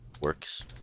works